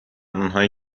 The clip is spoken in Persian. آنهایی